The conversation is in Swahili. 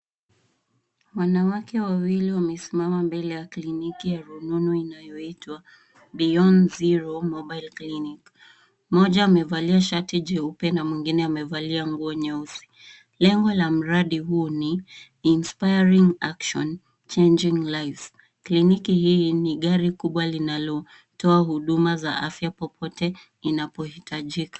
Wanawake wawili wamesimama mbele ya kliniki ya rununu inayoitwa beyond zero mobile clinic. Mmoja amevalia sharti ya jeupe na mwingine amevalia nguo nyeusi. Lengo la mradi huu ni inspiring action, changing lives . Kliniki hii, ni gari kubwa linalotoa huduma za afya popote inapohitajika.